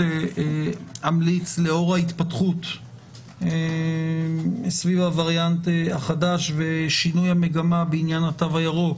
שלאור ההתפתחות סביב הווריאנט החדש ושינוי המגמה בעניין התו הירוק,